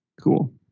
Cool